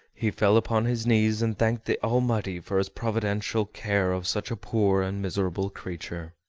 he fell upon his knees and thanked the almighty for his providential care of such a poor and miserable creature.